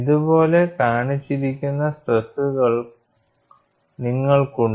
ഇതുപോലെ കാണിച്ചിരിക്കുന്ന സ്ട്രെസ്സുകൾ നിങ്ങൾക്കുണ്ട്